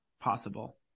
possible